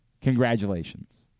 Congratulations